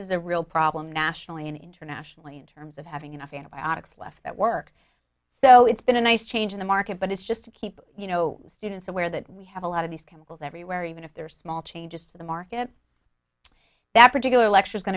is a real problem nationally and internationally in terms of having enough antibiotics left that work so it's been a nice change in the market but it's just to keep you know students aware that we have a lot of these chemicals everywhere even if they're small changes to the market that particular lecture is going